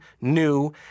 new